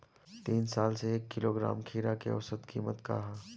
तीन साल से एक किलोग्राम खीरा के औसत किमत का ह?